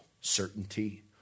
certainty